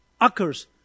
occurs